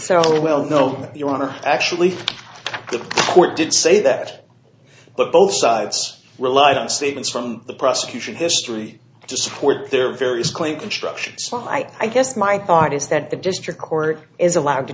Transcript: so well no you want to actually the court did say that but both sides relied on statements from the prosecution history to support their various claim constructions i guess my thought is that the district court is allowed to